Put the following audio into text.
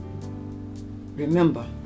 Remember